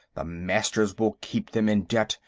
the masters will keep them in debt,